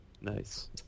Nice